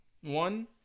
one